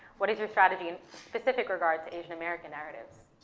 what is your strategy, specific regard to asian american narratives?